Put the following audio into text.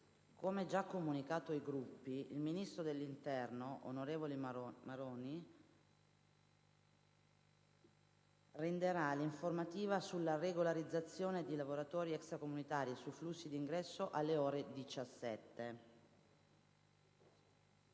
come già comunicato ai Gruppi, il ministro dell'interno, onorevole Maroni, renderà l'informativa sulla regolarizzazione di lavoratori extracomunitari e sui flussi d'ingresso alle ore 17.